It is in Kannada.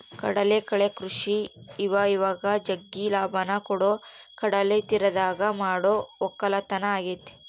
ಕಡಲಕಳೆ ಕೃಷಿ ಇವಇವಾಗ ಜಗ್ಗಿ ಲಾಭವನ್ನ ಕೊಡೊ ಕಡಲತೀರದಗ ಮಾಡೊ ವಕ್ಕಲತನ ಆಗೆತೆ